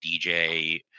DJ